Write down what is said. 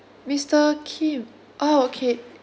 mister kim oh okay